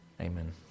Amen